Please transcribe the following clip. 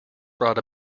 brought